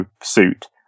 suit